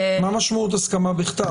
מה משמעות הסכמה בכתב?